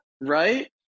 right